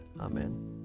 Amen